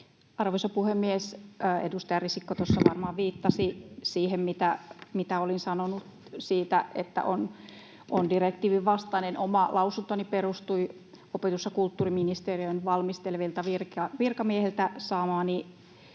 Arvoisa puhemies! Edustaja Risikko tuossa varmaan viittasi siihen, mitä olin sanonut siitä, että on direktiivin vastainen. Oma lausuntoni perustui opetus- ja kulttuuriministeriön valmistelevilta virkamiehiltä saamaani